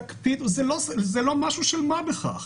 זה לא משהו של מה בכך,